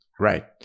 Right